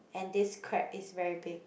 and this crab is very big